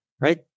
right